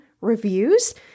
reviews